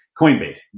Coinbase